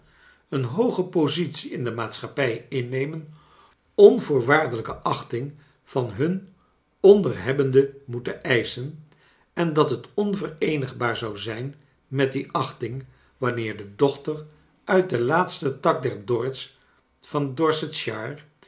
een hooge positie in de maatschappij innemen onvoorwaardelijke achting van hun onderhebbenden moeten eischen en dat het onvereenigbaar zou zijn met die achting wanneer de dochter uit den laatsten tak der dorrits van